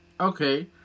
Okay